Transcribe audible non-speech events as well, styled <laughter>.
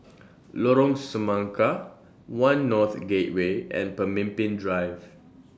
<noise> Lorong Semangka one North Gateway and Pemimpin Drive